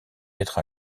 être